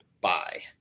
bye